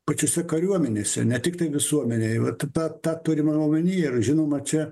pačiose kariuomenėse ne tiktai visuomenėje va tai ta ta turima omenyje ir žinoma čia